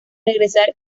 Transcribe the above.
regresar